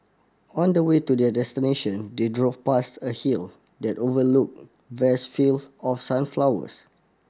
on the way to their destination they drove past a hill that overlooked vast field of sunflowers